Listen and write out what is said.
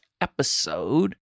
episode